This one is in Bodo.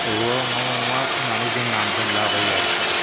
बबेमा माबा माबा होननानै जों नाम दोनलाबायो आरोखि